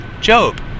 Job